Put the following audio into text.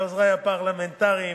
לעוזרי הפרלמנטריים,